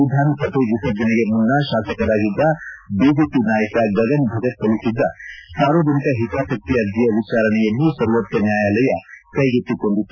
ವಿಧಾನಸಭೆ ವಿಸರ್ಜನೆಗೆ ಮುನ್ನ ಶಾಸಕರಾಗಿದ್ದ ಬಿಜೆಪಿ ನಾಯಕ ಗಗನ್ ಭಗತ್ ಸಲ್ಲಿಸಿದ್ದ ಸಾರ್ವಜನಿಕ ಹಿತಾಸಕ್ತಿ ಅರ್ಜಿಯ ವಿಚಾರಣೆಯನ್ನು ಸರ್ವೋಚ್ಚ ನ್ಯಾಯಾಲಯ ಕೈಗೆತ್ಗಿಕೊಂಡಿತ್ತು